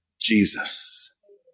Jesus